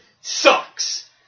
sucks